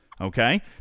Okay